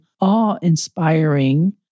awe-inspiring